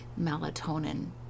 melatonin